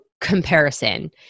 comparison